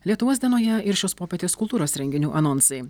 lietuvos dienoje ir šios popietės kultūros renginių anonsai